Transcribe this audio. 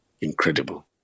incredible